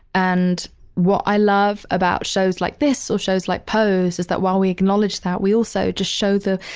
and what i love about shows like this or shows like pose is that while we acknowledge that, we also just show the,